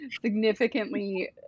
significantly